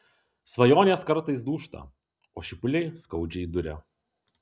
svajonės kartais dūžta o šipuliai skaudžiai duria